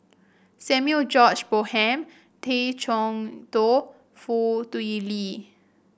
Samuel George Bonham Tay Chee Toh Foo Tui Liew